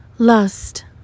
lust